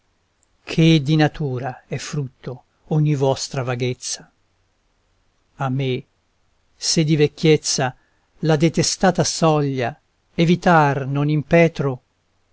che di natura è frutto ogni vostra vaghezza a me se di vecchiezza la detestata soglia evitar non impetro